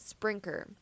Sprinker